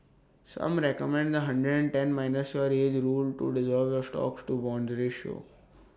some recommend the hundred and ten minus your age rule to derive your stocks to bonds ratio